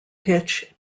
pitch